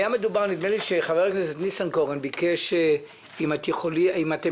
נדמה לי שחבר הכנסת ניסנקורן ביקש אם אתם